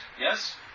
yes